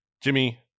Jimmy